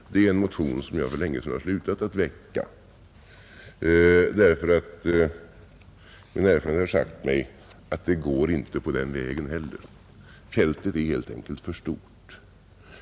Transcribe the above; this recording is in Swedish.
Detta är en motion som jag för länge sedan slutat att väcka därför att min erfarenhet har sagt mig att det inte går att komma fram på den vägen heller. Fältet är helt enkelt för stort.